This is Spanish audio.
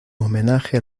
homenaje